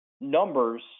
numbers